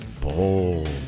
Bold